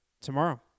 tomorrow